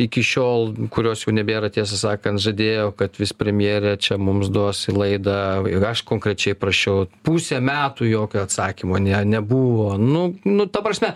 iki šiol kurios jau nebėra tiesą sakant žadėjo kad vis premjerė čia mums duos laidą ir aš konkrečiai prašiau pusė metų jokio atsakymo ne nebuvo nu nu ta prasme